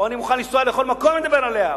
או: אני מוכן לנסוע לכל מקום לדבר עליה,